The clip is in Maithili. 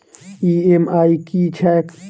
ई.एम.आई की छैक?